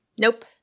Nope